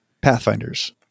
Pathfinders